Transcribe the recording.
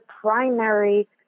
primary